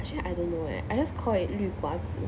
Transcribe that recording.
actually I don't know eh I just call it 绿瓜子